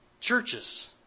churches